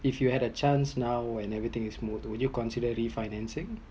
if you have a chance now when everything is smooth would you consider refinancing